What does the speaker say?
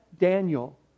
Daniel